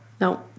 No